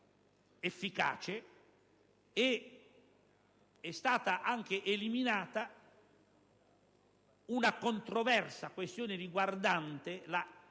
È stata anche eliminata una controversa questione riguardante l'efficacia